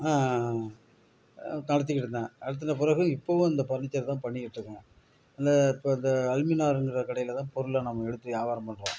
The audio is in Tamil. நடத்திக்கிட்ருந்தேன் நடத்தின பிறகு இப்பவும் இந்த பர்னிச்சர் தான் பண்ணிக்கிட்ருக்கேன் இந்த இப்போ இந்த அலுமினார்ங்கிற கடையில் தான் பொருள்லாம் நம்ம எடுத்து வியாபாரம் பண்ணுறோம்